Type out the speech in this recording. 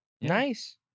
Nice